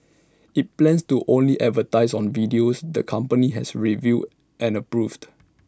IT plans to only advertise on videos the company has reviewed and approved